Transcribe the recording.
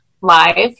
live